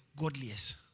godliest